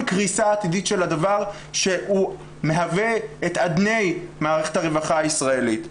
קריסה עתידית של הדבר שמהווה את אדני מערכת הרווחה הישראלית.